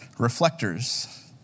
reflectors